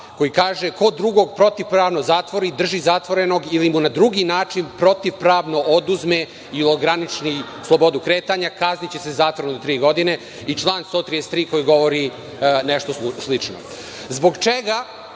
koji kaže – ko drugog protivpravno zatvori, drži zatvorenog ili mu na drugi način protivpravno oduzme i ograniči slobodu kretanja kazniće se zatvorom tri godine i član 133. koji govori nešto slično. Zbog